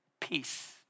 Peace